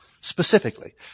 Specifically